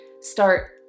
start